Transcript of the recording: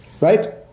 Right